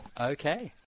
Okay